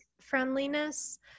friendliness